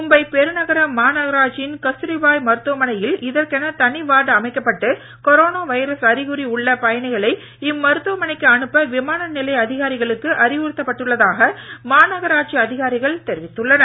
மும்பை பெரு நகர மாநகராட்சியின் கஸ்தூரிபாய் மருத்துவமனையில் இதற்கென தனி வார்டு அமைக்கப்பட்டு கொரோனா வைரஸ் அறிகுறி உள்ள பயனிகளை இம்மருத்துவமனைக்கு அனுப்ப விமான நிலைய அதிகாரிகளுக்கு அறிவுறுத்தப்பட்டுள்ளதாக மாநகராட்சி அதிகாரிகள் தெரிவித்துள்ளனர்